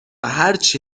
هرچی